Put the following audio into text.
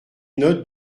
note